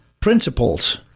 principles